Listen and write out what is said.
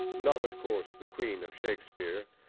not of course the queen of shakespeare,